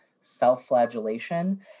self-flagellation